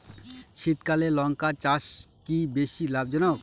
শীতকালে লঙ্কা চাষ কি বেশী লাভজনক?